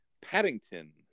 Paddington